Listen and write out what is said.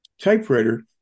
typewriter